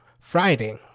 Friday